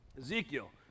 Ezekiel